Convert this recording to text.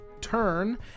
turn